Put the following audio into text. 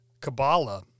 Kabbalah